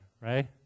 right